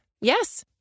Yes